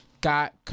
got